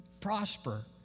prosper